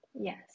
Yes